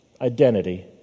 identity